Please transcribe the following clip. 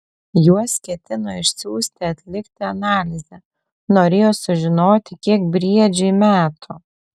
juos ketino išsiųsti atlikti analizę norėjo sužinoti kiek briedžiui metų